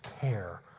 care